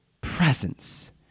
presence